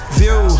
view